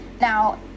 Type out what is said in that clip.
Now